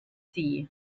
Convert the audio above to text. sie